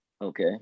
Okay